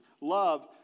Love